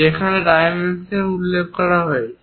যেখানে ডাইমেনশন উল্লেখ করা হয়েছে